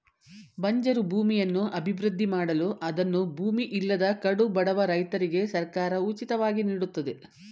ಬಂಜರು ಭೂಮಿಯನ್ನು ಅಭಿವೃದ್ಧಿ ಮಾಡಲು ಅದನ್ನು ಭೂಮಿ ಇಲ್ಲದ ಕಡುಬಡವ ರೈತರಿಗೆ ಸರ್ಕಾರ ಉಚಿತವಾಗಿ ನೀಡುತ್ತದೆ